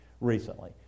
recently